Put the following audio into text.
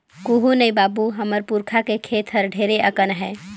कुहू नइ बाबू, हमर पुरखा के खेत हर ढेरे अकन आहे